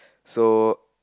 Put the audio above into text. so